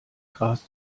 gras